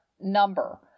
number